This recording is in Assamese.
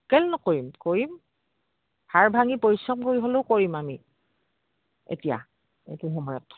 কেলে নকৰিম কৰিম হাড় ভাঙি পৰিশ্ৰম কৰি হ'লেও কৰিম আমি এতিয়া এইটো সময়ত